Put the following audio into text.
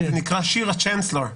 זה נקרא שיר הצ'נסלור: